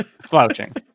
slouching